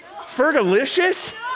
Fergalicious